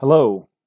Hello